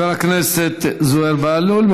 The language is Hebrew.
חבר הכנסת זוהיר בהלול,